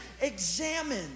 examine